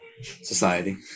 society